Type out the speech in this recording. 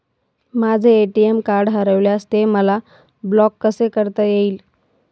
माझे ATM card हरविल्यास ते मला ब्लॉक कसे करता येईल?